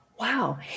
Wow